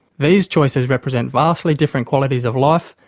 these choices represent vastly different qualities of life,